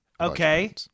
okay